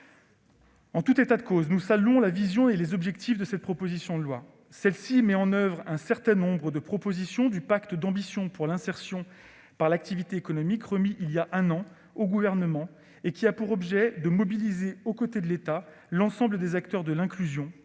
En tout état de cause, nous saluons la vision et les objectifs de cette proposition de loi. Celle-ci met en oeuvre un certain nombre de propositions du pacte d'ambition pour l'insertion par l'activité économique, remis voilà un an au Gouvernement et qui a pour objet de mobiliser, aux côtés de l'État, l'ensemble des acteurs de l'inclusion,